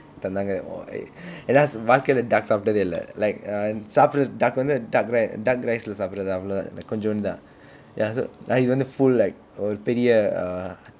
தந்தாங்க ஏனா வாழ்க்கையில:thanthaanga aenaa vaalkayila duck சாப்பிட்டதே இல்லை:sappittathe illai like err சாப்பிடுற:sappidura duck வந்து:vanthu duck ri~ duck rice இல்ல சாப்பிடுறது அவ்வளவு கொன்சோண்டு தான்:illa saappidurathu avvalavu konchondu thaan ya so ஆனா இது வந்து:aanaa ithu vanthu full like ஒரு பெரிய:oru periya uh